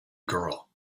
girl